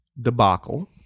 debacle